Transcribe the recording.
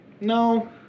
No